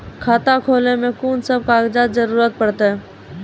खाता खोलै मे कून सब कागजात जरूरत परतै?